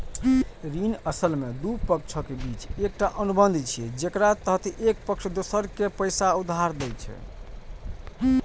ऋण असल मे दू पक्षक बीच एकटा अनुबंध छियै, जेकरा तहत एक पक्ष दोसर कें पैसा उधार दै छै